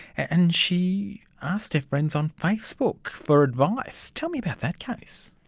and she asked her friends on facebook for advice. tell me about that case.